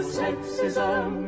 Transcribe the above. sexism